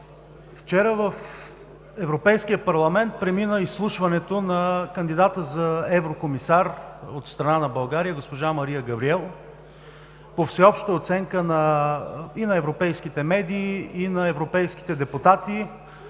Вчера в Европейския парламент премина изслушването на кандидата за еврокомисар от страна на България госпожа Мария Габриел. По всеобща оценка и на европейските медии, и на европейските депутати,